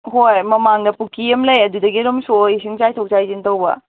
ꯍꯣꯏ ꯃꯃꯥꯡꯗ ꯄꯨꯈꯤ ꯑꯝ ꯂꯩ ꯑꯗꯨꯗꯒꯤ ꯑꯗꯨꯝ ꯁꯣꯛꯑ ꯏꯁꯤꯡ ꯆꯥꯏꯊꯣꯛ ꯆꯥꯏꯁꯤꯟ ꯇꯩꯕ